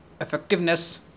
effectiveness